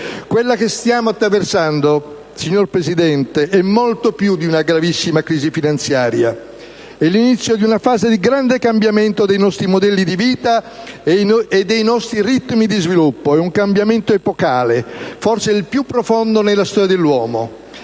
Quella che stiamo attraversando, signor Presidente, è molto più di una gravissima crisi finanziaria. È l'inizio di una fase di grande cambiamento dei nostri modelli di vita e dei nostri ritmi di sviluppo. È un cambiamento epocale, forse il più profondo nella storia dell'uomo.